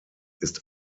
ist